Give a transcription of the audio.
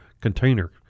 container